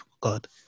God